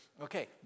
Okay